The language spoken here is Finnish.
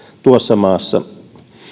tuossa maassa